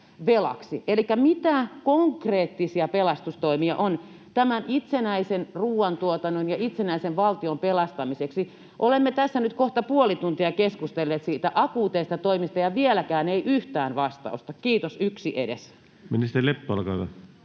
Elikkä mitä konkreettisia pelastustoimia on tämän itsenäisen ruuantuotannon ja itsenäisen valtion pelastamiseksi? Olemme tässä nyt kohta puoli tuntia keskustelleet niistä akuuteista toimista, ja vieläkään ei yhtään vastausta. Kiitos, yksi edes. Ministeri Leppä, olkaa hyvä.